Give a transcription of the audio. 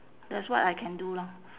that's what I can do lor